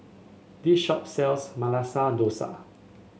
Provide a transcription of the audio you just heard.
this shop sells Masala Dosa